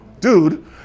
dude